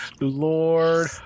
Lord